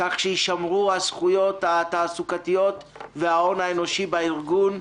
כך שיישמרו הזכויות התעסוקתיות וההון האנושי בארגון.